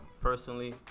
Personally